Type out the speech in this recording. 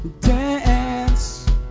dance